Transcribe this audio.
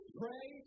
pray